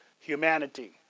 humanity